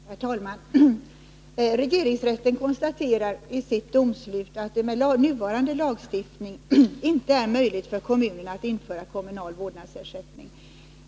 Herr talman! Regeringsrätten konstaterar i sitt domslut att det med nuvarande lagstiftning inte är möjligt för kommunerna att införa kommunal vårdnadsersättning.